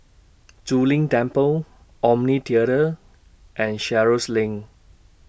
Zu Lin Temple Omni Theatre and Sheares LINK